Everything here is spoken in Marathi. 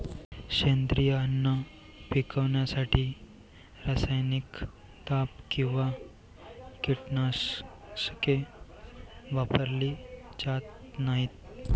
सेंद्रिय अन्न पिकवण्यासाठी रासायनिक दाब किंवा कीटकनाशके वापरली जात नाहीत